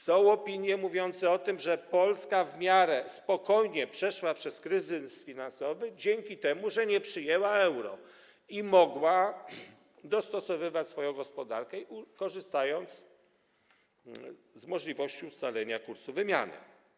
Są opinie mówiące o tym, że Polska w miarę spokojnie przeszła przez kryzys finansowy dzięki temu, że nie przyjęła euro i mogła dostosowywać swoją gospodarkę, korzystając z możliwości ustalenia kursu wymiany.